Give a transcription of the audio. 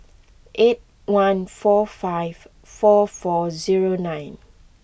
eight one four five four four zero nine